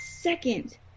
second